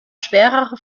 schwere